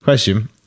Question